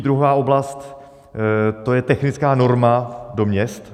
Druhá oblast, to je technická norma do měst.